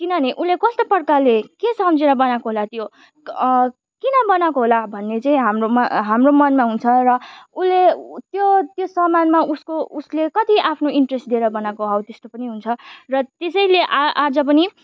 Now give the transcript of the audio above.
किनभने उसले कस्तो प्रकारले के सम्झेर बनाएको होला त्यो किन बनाएको होला भन्ने चाहिँ हाम्रोमा हाम्रो मनमा हुन्छ र उसले त्यो त्यो समानमा उसको उसले कति आफ्नो इन्ट्रेस्ट दिएर बनाएको हौ त्यस्तो पनि हुन्छ त त्यसैले आ आज पनि